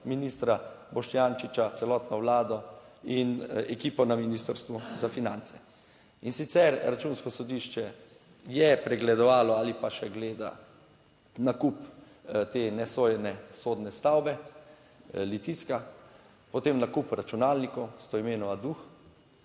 ministra Boštjančiča, celotno vlado in ekipo na Ministrstvu za finance. In sicer, Računsko sodišče je pregledovalo ali pa še gleda nakup te nesojene sodne stavbe Litijska, potem nakup računalnikov Stojmenova